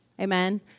Amen